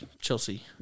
Chelsea